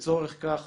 לצורך כך